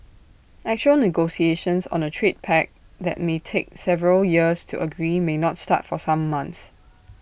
actual negotiations on A trade pact that may take several years to agree may not start for some months